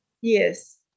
Yes